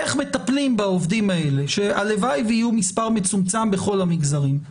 איך מטפלים בעובדים האלה שהלוואי ויהיה מספר מצומצם בכל המגזרים?